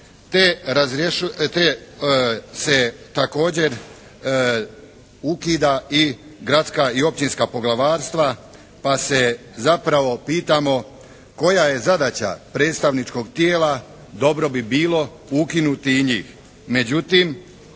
te se također ukida i gradska i općinska poglavarstva, pa se zapravo pitamo koja je zadaća predstavničkoga tijela. Dobro bi bilo ukinuti i njih.